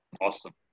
Awesome